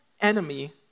enemy